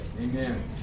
amen